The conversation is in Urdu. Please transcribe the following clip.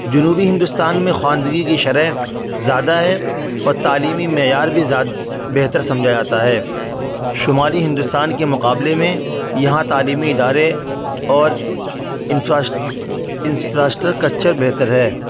جنوبی ہندوستان میں خواندگی کی شرح زیادہ ہے اور تعلیمی معیار بھی زیاد بہتر سمجھا جاتا ہے شمالی ہندوستان کے مقابلے میں یہاں تعلیمی ادارے اور انفراس انفراسٹرکچر بہتر ہے